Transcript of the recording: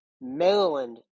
Maryland